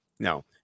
No